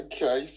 Okay